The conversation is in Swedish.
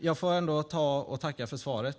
Jag får ändå tacka svaret.